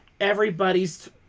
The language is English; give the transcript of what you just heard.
everybody's